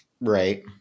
right